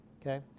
Okay